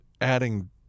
adding